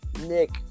Nick